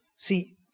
See